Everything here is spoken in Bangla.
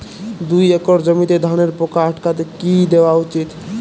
দুই একর জমিতে ধানের পোকা আটকাতে কি দেওয়া উচিৎ?